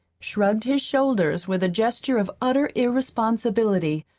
shrugged his shoulders with a gesture of utter irresponsibility,